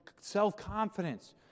self-confidence